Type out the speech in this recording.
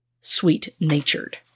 sweet-natured